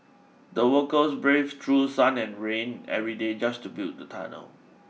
the workers braved through sun and rain every day just to build the tunnel